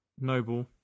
Noble